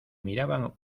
miraban